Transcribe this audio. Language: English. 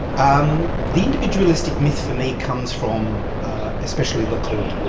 um the individualistic myth for me comes from especially the cold war,